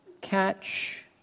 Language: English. catch